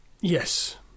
Yes